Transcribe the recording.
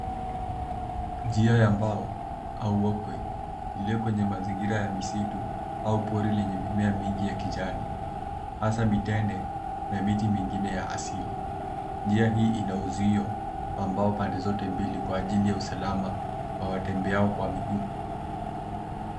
Njia ya mbao au uogwe iliyo kwenye mazingira ya misitu au pori lenye mimea mingi ya kijani hasa mitende na miti mingine ya asili. Njia hii ina uzio wa mbao pande zote mbili kwa ajili ya usalama ya watembea kwa miguu.